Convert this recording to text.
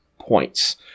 points